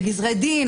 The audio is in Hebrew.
לגזרי דין,